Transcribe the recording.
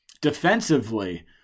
Defensively